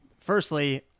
Firstly